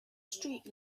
street